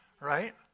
right